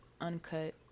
uncut